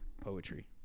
poetry